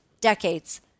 decades